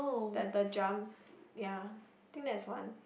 the the drums ya I think that's one